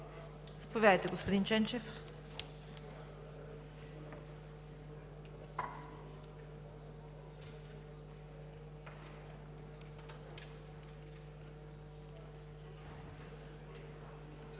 Заповядайте, господин Ченчев.